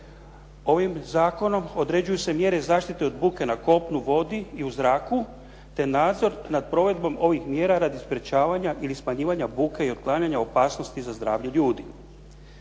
Ovim zakonom određuju se mjere zaštite od buke na kopnu, vodi i u zraku, te nadzor nad provedbom ovih mjera radi sprječavanja ili smanjivanja buke i otklanjanja opasnosti za zdravlje ljudi.